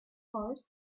forest